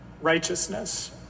Righteousness